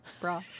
Bra